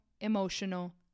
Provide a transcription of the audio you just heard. emotional